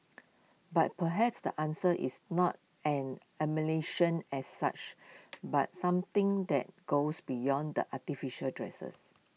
but perhaps the answer is not an as such but something that goes beyond the artificial dresses